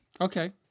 Okay